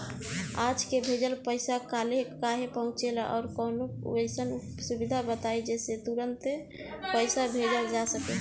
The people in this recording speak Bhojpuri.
आज के भेजल पैसा कालहे काहे पहुचेला और कौनों अइसन सुविधा बताई जेसे तुरंते पैसा भेजल जा सके?